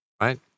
right